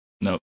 Nope